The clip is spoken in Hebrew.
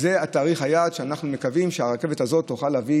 זה תאריך היעד שאנחנו מקווים שהרכבת תוכל להביא